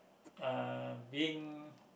uh being